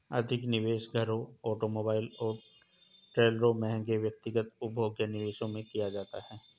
अधिक निवेश घरों ऑटोमोबाइल और ट्रेलरों महंगे व्यक्तिगत उपभोग्य निवेशों में किया जाता है